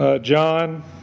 John